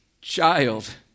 child